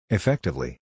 Effectively